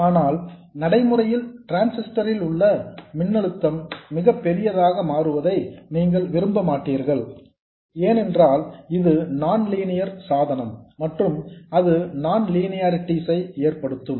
ஆனால் நடைமுறையில் டிரான்சிஸ்டர் ல் உள்ள மின்னழுத்தம் மிக பெரியதாக மாறுவதை நீங்கள் விரும்ப மாட்டீர்கள் ஏனென்றால் இது நான் லீனியர் சாதனம் மற்றும் அது நான் லீனியர்ரிடிஸ் ஐ ஏற்படுத்தும்